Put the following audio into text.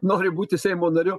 nori būti seimo nariu